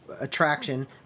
attraction